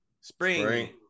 Spring